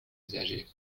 usagers